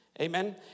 Amen